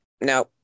no